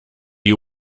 you